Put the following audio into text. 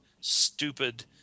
stupid